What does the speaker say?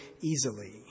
easily